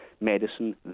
medicine